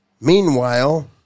meanwhile